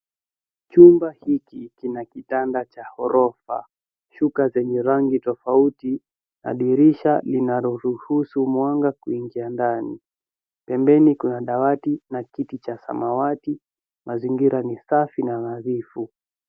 Chumba hiki kina kitanda cha orofa, shuka zenye rangi tofauti na dirisha linaloruhusu mwanga kuingia ndani. Pembeni kuna dawati na kiti cha samawati, mazingira ni safi na nadhifu.